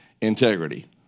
Integrity